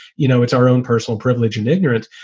you know, it's our own personal privilege and ignorance.